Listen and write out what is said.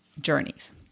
journeys